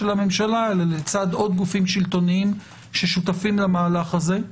לצד עוד גופים שלטוניים ששותפים למהלך הזה.